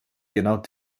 genau